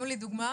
תנו לי דוגמה.